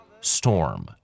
storm